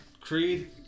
Creed